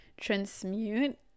transmute